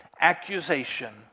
accusation